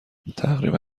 تقریبا